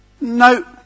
no